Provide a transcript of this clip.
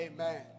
Amen